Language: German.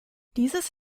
dieses